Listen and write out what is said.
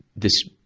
this,